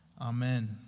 Amen